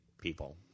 people